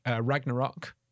Ragnarok